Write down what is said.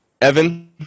Evan